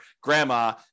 grandma